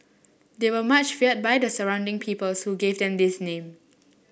they were much feared by the surrounding peoples who gave them this name